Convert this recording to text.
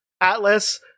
Atlas